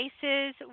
cases